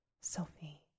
Sophie